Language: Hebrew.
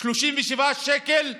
37 שקל לשעה.